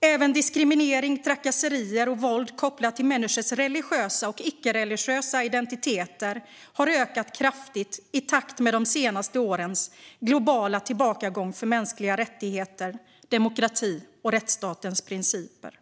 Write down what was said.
Även diskriminering, trakasserier och våld kopplat till människors religiösa och icke-religiösa identiteter har ökat kraftigt i takt med de senaste årens globala tillbakagång för mänskliga rättigheter, demokrati och rättsstatens principer.